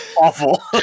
awful